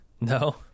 no